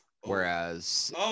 Whereas